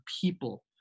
people